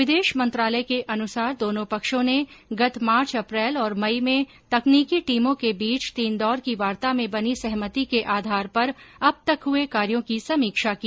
विदेश मंत्रालय के अनुसार दोनों पक्षों ने गत मार्च अप्रैल और मई में तकनीकी टीमों के बीच तीन दौर की वार्ता में बनी सहमति के आधार पर अब तक हए कार्यो की समीक्षा की